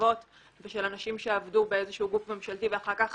המסתובבות ושל אנשים שעבדו בגוף ממשלתי ואחר כך